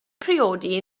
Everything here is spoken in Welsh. priodi